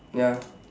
ya